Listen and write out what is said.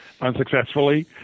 unsuccessfully